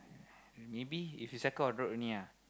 maybe if you cycle on road only ah